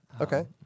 okay